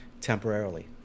temporarily